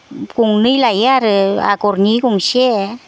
गंनै लायो आरो आगरनि गंसे